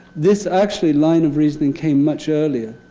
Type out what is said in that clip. this, actually, line of reasoning came much earlier,